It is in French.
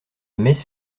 messe